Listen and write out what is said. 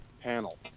Panel